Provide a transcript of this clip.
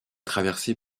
traversée